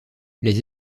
les